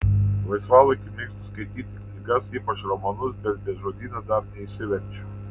laisvalaikiu mėgstu skaityti knygas ypač romanus bet be žodyno dar neišsiverčiu